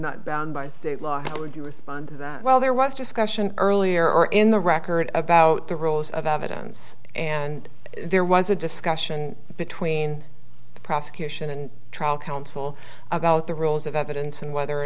not bound by state law how would you respond well there was discussion earlier in the record about the rules of evidence and there was a discussion between the prosecution and trial counsel about the rules of evidence and whether or